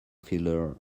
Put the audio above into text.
fielder